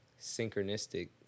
synchronistic